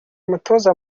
mutoza